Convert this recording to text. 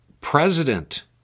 President